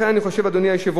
לכן אני חושב, אדוני היושב-ראש,